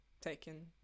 taken